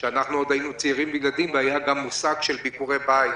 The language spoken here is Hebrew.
כאשר אנחנו עוד היינו צעירים והיה גם מושג של ביקורי בית